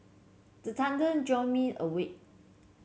the thunder jolt me awake